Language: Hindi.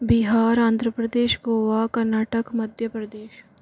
बिहार आंध्र प्रदेश गोवा कर्नाटक मध्य प्रदेश